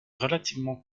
relativement